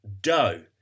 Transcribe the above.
dough